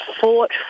fought